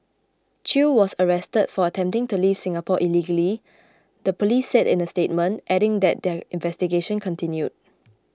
Chew was arrested for attempting to leave Singapore illegally the police said in a statement adding that their investigation continued